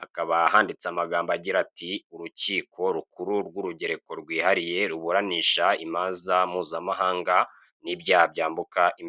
hakaba handitse amagambo agira ati "urukiko rukuru rwurugereko rwihariye ruburanisha imanza mpuzamahanga nibyaha byambuka imbibi".